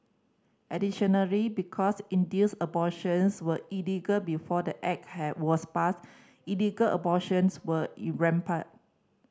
additionally because induced abortions were illegal before the Act has was passed illegal abortions were in rampant